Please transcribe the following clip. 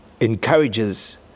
encourages